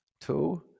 Two